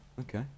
Okay